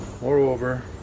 Moreover